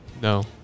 No